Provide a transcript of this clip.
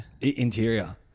Interior